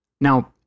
Now